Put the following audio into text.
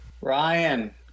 Ryan